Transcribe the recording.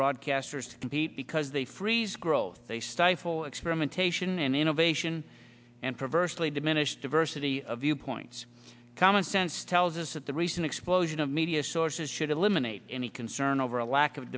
broadcasters compete because they freeze growth they stifle experimentation and innovation and perversely diminish diversity of viewpoints common sense tells us that the recent explosion of media sources should eliminate any concern over a lack of